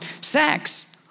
sex